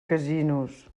casinos